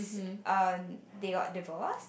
ao~ um they got divorced